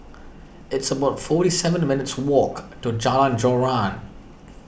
it's about forty seven minutes' walk to Jalan Joran